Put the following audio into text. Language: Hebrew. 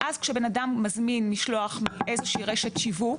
ואז כשאדם מזמין משלוח מאיזושהי רשת שיווק,